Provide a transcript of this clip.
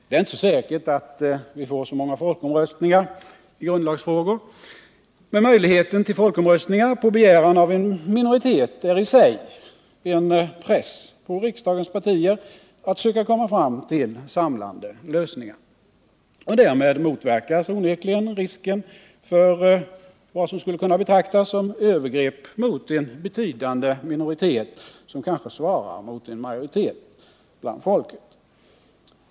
Det är inte så säkert att vi får så många folkomröstningar. Men möjligheten till folkomröstningar på begäran av en minoritet är i sig en press på riksdagens partier att söka komma fram till samlande lösningar. Och därmed motverkas onekligen risken för vad man skulle kunna betrakta som övergrepp mot en betydande minoritet som kanske svarar mot en majoritet av folket.